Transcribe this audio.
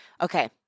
Okay